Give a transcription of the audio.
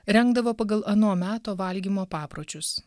rengdavo pagal ano meto valgymo papročius